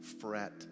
fret